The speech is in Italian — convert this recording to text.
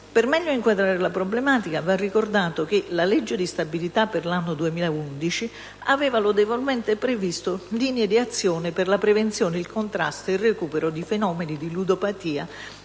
Per meglio inquadrare la problematica, va ricordato che la legge di stabilità per l'anno 2011 aveva lodevolmente previsto «linee d'azione per la prevenzione, il contrasto e il recupero di fenomeni di ludopatia